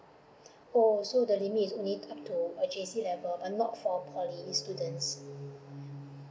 oh so the limit is only up to a J_C level and not for poly students